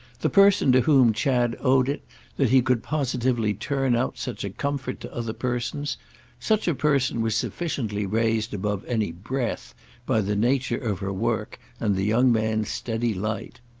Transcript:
the person to whom chad owed it that he could positively turn out such a comfort to other persons such a person was sufficiently raised above any breath by the nature of her work and the young man's steady light.